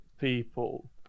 people